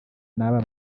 n’aba